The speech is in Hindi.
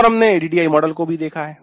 और हमने ADDIE मॉडल को देखा है